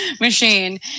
machine